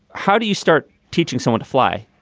how do you start teaching someone to fly?